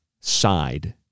side